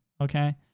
okay